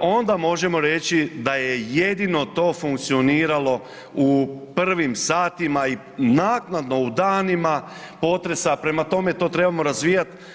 onda možemo reći da je jedino to funkcioniralo u prvim satima i naknadno u danima potresa, prema tome, to trebamo razvijat.